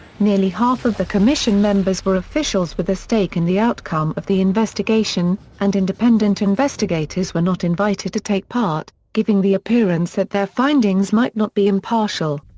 nearly half of the commission members were officials with a stake in the outcome of the investigation, and independent investigators were not invited to take part, giving the appearance that their findings might not be impartial.